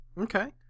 Okay